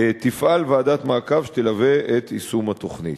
תפעל ועדת מעקב שתלווה את יישום התוכנית.